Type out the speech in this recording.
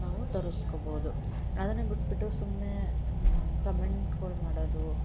ನಾವು ತರಸ್ಕೊಬೌದು ಅದನ್ನ ಬಿಟ್ಬಿಟ್ಟು ಸುಮ್ಮನೆ ಕಾಮೆಂಟ್ಗಳು ಮಾಡೋದು